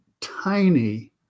tiny